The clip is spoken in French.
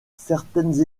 certaines